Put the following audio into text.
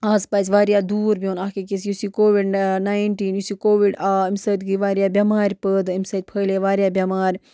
آز پَزِ وارِیاہ دوٗر بِہُن اَکھ أکِس یُس یہِ کووِڈ ناینٹیٖن یُس یہِ کووِڈ آو اَمہِ سۭتۍ گٔے وارِیاہ بٮ۪مارِ پٲدٕ اَمہِ سۭتۍ پھٔہلے وارِیاہ بٮ۪مارِ